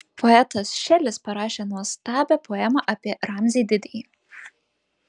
poetas šelis parašė nuostabią poemą apie ramzį didįjį